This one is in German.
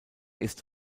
ist